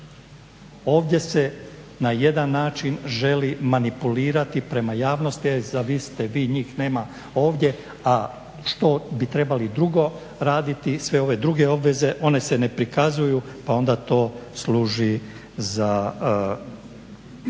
Ovdje se na jedan način želi manipulirati prema javnosti, a zamislite vi njih nema ovdje a što bi trebali drugo raditi sve one druge obveze, one se ne prikazuju pa onda to služi za